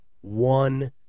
one